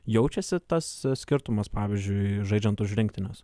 jaučiasi tas skirtumas pavyzdžiui žaidžiant už rinktines